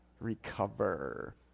Recover